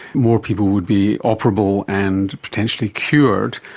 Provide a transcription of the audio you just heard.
more people would be operable and potentially cured,